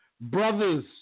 Brothers